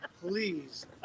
please